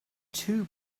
too